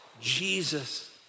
Jesus